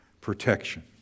protection